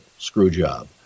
screwjob